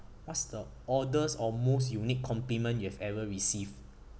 what's the oddest or most unique compliment you've ever received